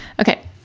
Okay